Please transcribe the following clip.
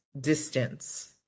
distance